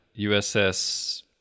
USS